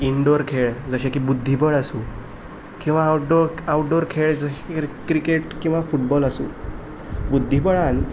indoor खेळ जशे की बुध्दीबळ आसूं किंवां आउटडोर आउटडोर खेळ जशे क्रिकेट किंवां फूटबॉल आसूं बुध्दीबळांत